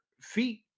feet